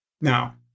Now